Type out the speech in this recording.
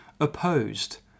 opposed